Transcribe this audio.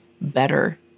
better